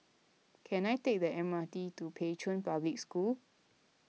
can I take the M R T to Pei Chun Public School